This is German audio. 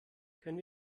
können